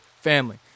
family